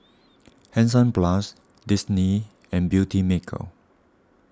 Hansaplast Disney and Beautymaker